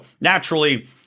naturally